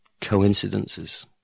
Coincidences